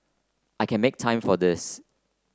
I can make time for this